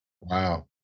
wow